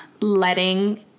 letting